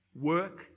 work